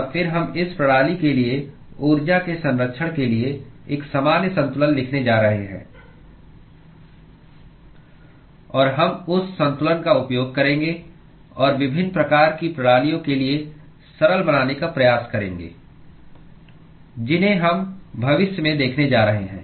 और फिर हम इस प्रणाली के लिए ऊर्जा के संरक्षण के लिए एक सामान्य संतुलन लिखने जा रहे हैं और हम उस संतुलन का उपयोग करेंगे और विभिन्न प्रकार की प्रणालियों के लिए सरल बनाने का प्रयास करेंगे जिन्हें हम भविष्य में देखने जा रहे हैं